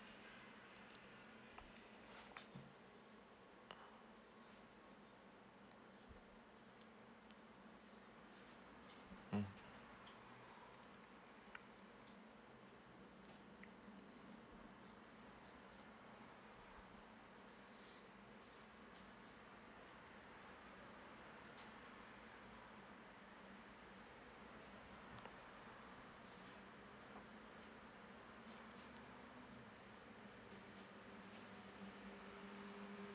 mm